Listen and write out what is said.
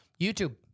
YouTube